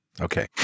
Okay